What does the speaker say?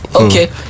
Okay